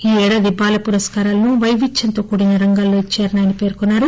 ఈ ఏడాది బాల పురస్కారాలను వైవిధ్యంతో కూడిన రంగాల్లో ఇచ్చారని ఆయన పేర్కొన్నారు